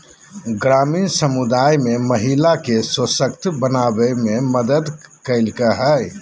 ग्रामीण समुदाय में महिला के सशक्त बनावे में मदद कइलके हइ